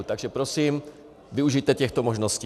Takže prosím, využijte těchto možností.